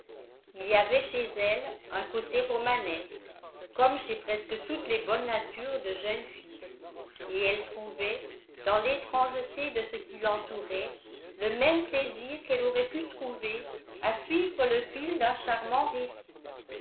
il y avait chez elle un côté romanesque comme chez presque toutes les bonnes natures de jeune fille et elle trouvait dans l'étrangeté de ce qui l'entourait le même plaisir qu'elle aurait pu trouver à suivre le fil d'un charmant récit